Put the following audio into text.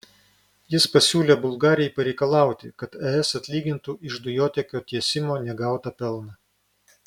jis pasiūlė bulgarijai pareikalauti kad es atlygintų iš dujotiekio tiesimo negautą pelną